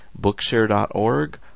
Bookshare.org